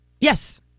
Yes